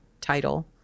title